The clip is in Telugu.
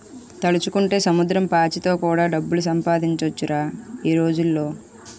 తలుచుకుంటే సముద్రం పాచితో కూడా డబ్బులు సంపాదించొచ్చురా ఈ రోజుల్లో